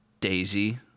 Daisy